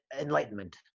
enlightenment